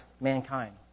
mankind